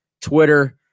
Twitter